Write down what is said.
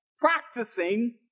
practicing